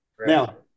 Now